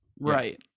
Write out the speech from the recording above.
Right